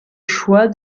choix